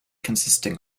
consisting